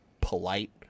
polite